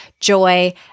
joy